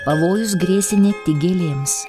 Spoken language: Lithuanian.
pavojus grėsė ne tik gėlėms